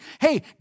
hey